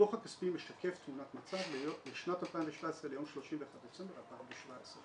הדוח הכספי משקף תמונת מצב לשנת 2017 ליום 31 בדצמבר 2017,